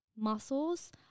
Muscles